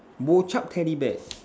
teddy bear